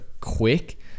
quick